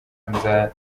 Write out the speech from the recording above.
nza